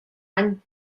any